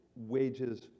wages